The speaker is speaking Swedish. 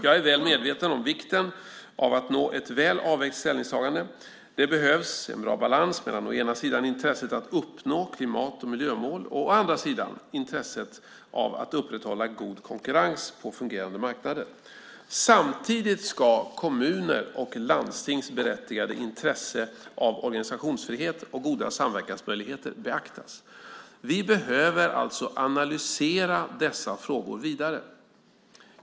Jag är väl medveten om vikten av att nå ett väl avvägt ställningstagande. Det behövs en bra balans mellan å ena sidan intresset att uppnå klimat och miljömål och å andra sidan intresset att upprätthålla god konkurrens på fungerande marknader. Samtidigt ska kommuners och landstings berättigade intresse av organisationsfrihet och goda samverkansmöjligheter beaktas. Vi behöver alltså analysera dessa frågor vidare.